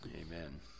Amen